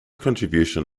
contribution